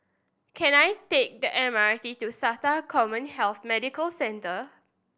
can I take the M R T to SATA CommHealth Medical Centre